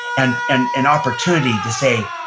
and and an opportunity to say,